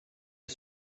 you